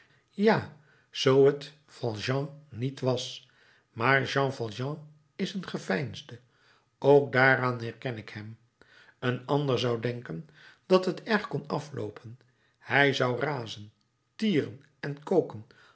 ja zoo t valjean niet was maar jean valjean is een geveinsde ook daaraan herken ik hem een ander zou denken dat het erg kon afloopen hij zou razen tieren en koken